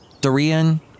Dorian